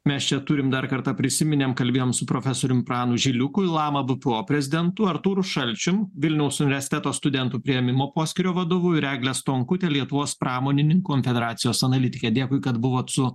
mes čia turim dar kartą prisiminėme kalbėjom su profesorium pranu žiliuku lama bpo prezidentu artūru šalčium vilniaus universiteto studentų priėmimo poskyrio vadovu ir eglė stonkutė lietuvos pramonininkų konfederacijos analitikė dėkui kad buvot su